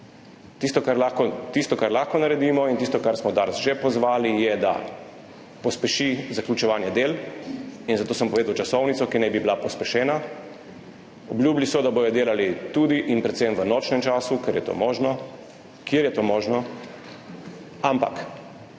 Tisto, kar lahko naredimo, in tisto, k čemur smo Dars že pozvali, je, da pospeši zaključevanje del, in za to sem povedal časovnico, ki naj bi bila pospešena. Obljubili so, da bodo delali tudi in predvsem v nočnem času, kjer je to možno, ampak